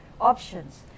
options